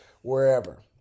wherever